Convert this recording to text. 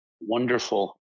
wonderful